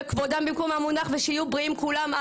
וכבודם במקומם מונח ושיהיו בריאים כולם,